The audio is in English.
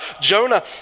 Jonah